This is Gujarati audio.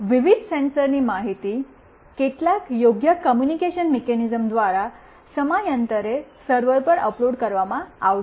વિવિધ સેન્સરની માહિતી કેટલાક યોગ્ય કૉમ્યૂનિકેશન મિકેનિઝમ દ્વારા સમયાંતરે સર્વર પર અપલોડ કરવામાં આવશે